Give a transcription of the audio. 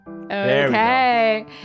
Okay